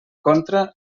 contra